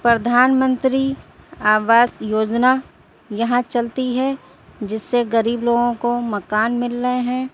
پردھان منتری آواس یوجنا یہاں چلتی ہے جس سے غریب لوگوں کو مکان مل رہے ہیں